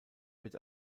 wird